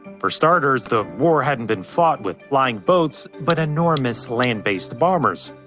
for starters, the war hadn't been fought with flying boats, but enormous land-based bombers.